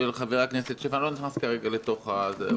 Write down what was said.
חבר הכנסת שפע אני לא נכנס כרגע לפרטים